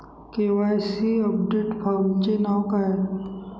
KYC update फॉर्मचे नाव काय आहे?